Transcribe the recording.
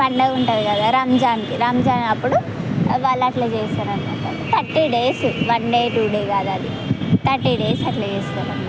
పండగ ఉంటుంది కదా రంజాన్కి రంజాన్ అప్పుడు వాళ్ళు అట్లా చేస్తారు అన్నమాట thirty days one day two day కాదు అది థర్టీ డేస్ అట్లా చేస్తారు అన్నమాట